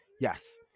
Yes